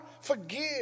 forgive